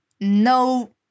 no